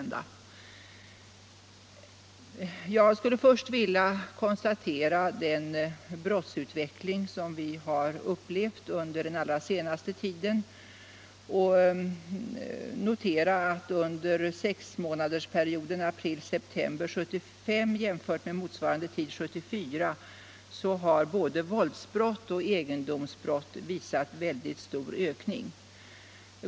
Jag skulle först vilja peka på den brottsutveckling som vi har upplevt den allra senaste tiden och notera att under sexmånadersperioden april —-september 1975, jämfört med motsvarande tid 1974, har både våldsbrott och egendomsbrott visat väldigt stor ökning.